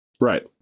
right